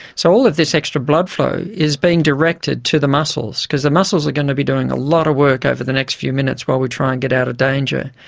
so all of this extra blood flow is being directed to the muscles because the muscles are going to be doing a lot of work over the next few minutes while we try and get out of danger.